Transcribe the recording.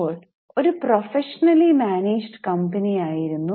അപ്പോൾ ഇത് ഒരു പ്രൊഫെഷനലി മാനേജ്ഡ് കമ്പനി ആയിരുന്നു